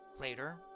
later